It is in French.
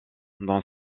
dans